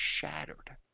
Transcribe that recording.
shattered